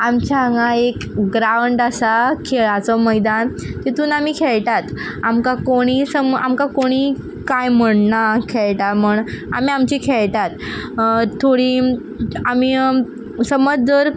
आमच्या हांगा एक ग्रांवड आसा खेळाचो मैदान तितून आमी खेळटात आमकां कोणीय आमकां कोणीय कांय म्हणना खेळटा म्हण आमी आमचे खेळटात थोडीं आमी समज धर